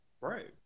Right